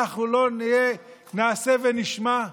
אנחנו לא נהיה "נעשה ונשמע"?